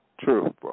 true